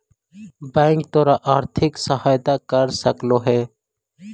bank तोर आर्थिक सहायता कर सकलो हे